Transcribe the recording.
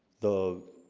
the